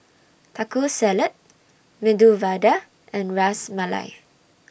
Taco Salad Medu Vada and Ras Malai